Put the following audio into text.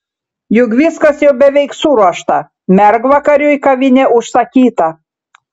juk viskas jau beveik suruošta mergvakariui kavinė užsakyta